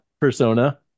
persona